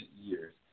years